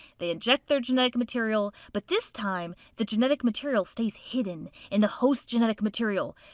they inject their genetic material, but this time, the genetic material stays hidden in the host's genetic material.